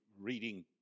reading